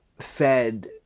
fed